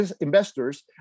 investors